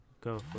Go